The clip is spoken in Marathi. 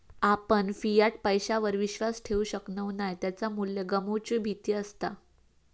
आपण फियाट पैशावर विश्वास ठेवु शकणव नाय त्याचा मू्ल्य गमवुची भीती असता